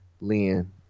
Lynn